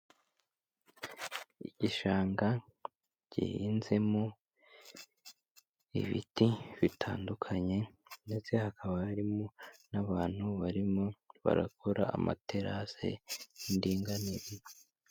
Igishanga gihinzemo ibiti bitandukanye ndetse hakaba harimo n'abantu barimo barakora amaterase ndinganire.